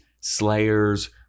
slayers